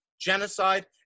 genocide